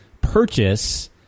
purchase